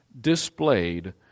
displayed